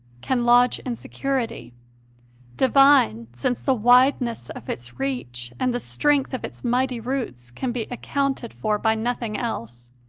can lodge in security divine since the wideness of its reach and the strength of its mighty roots can be accounted for by nothing else.